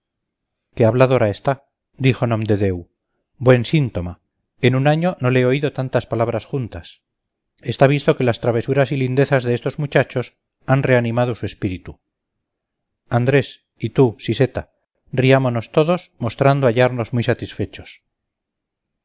qué habladora está dijo nomdedeu buen síntoma en un año no le he oído tantas palabras juntas está visto que las travesuras y lindezas de estos muchachos han reanimado su espíritu andrés y tú siseta riámonos todos mostrando hallarnos muy satisfechos